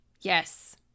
Yes